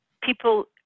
people